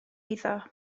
eiddo